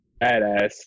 Badass